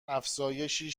افزایشی